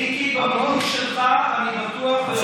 מיקי, במינוי שלך אני בטוח, אז